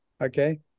okay